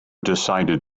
decided